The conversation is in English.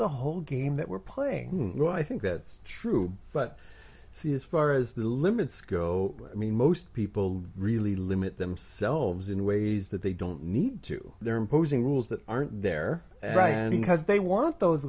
the whole game that we're playing you know i think that's true but see as far as the limits go i mean most people really limit themselves in ways that they don't need to they're imposing rules that aren't there because they want those